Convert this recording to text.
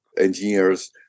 engineers